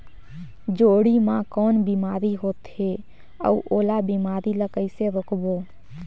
जोणी मा कौन बीमारी होथे अउ ओला बीमारी ला कइसे रोकबो?